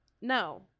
No